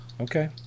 Okay